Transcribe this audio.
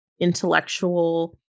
intellectual